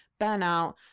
burnout